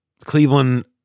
Cleveland